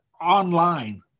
online